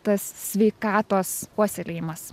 tas sveikatos puoselėjimas